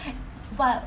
but